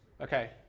okay